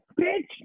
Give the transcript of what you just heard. Bitch